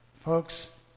Folks